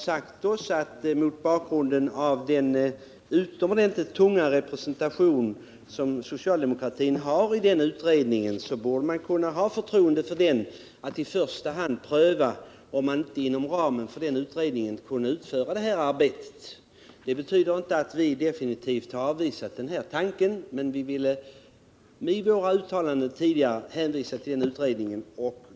Med tanke på den utomordentligt tunga socialdemokratiska representationen i den utredningen borde man kunna ha förtroende för den och i första hand låta den pröva, om inte det här arbetet kan utföras inom ramen för utredningen. Det betyder inte att vi definitivt har avvisat denna tanke, men vi har velat hänvisa till utredningen.